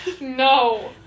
No